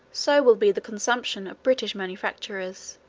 so will be the consumption of british manufactures.